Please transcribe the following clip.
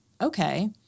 okay